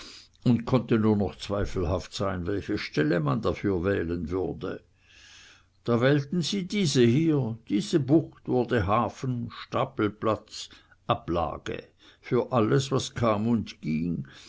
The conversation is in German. und konnte nur noch zweifelhaft sein welche stelle man dafür wählen würde da wählten sie diese hier diese bucht wurde hafen stapelplatz ablage für alles was kam und ging